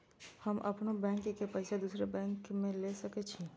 हम अपनों बैंक के पैसा दुसरा बैंक में ले सके छी?